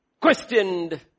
questioned